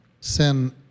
sin